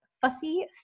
fussy